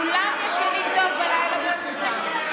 כולם ישנים טוב בלילה בזכותם.